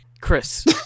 Chris